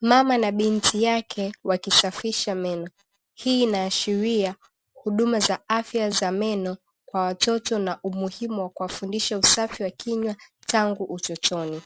Mama na binti yake wakisafisha meno hii inaashiria huduma za afya za meno kwa watoto na umuhimu wa kuwafundisha usafi wa kinywa tangu utotoni.